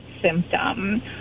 symptom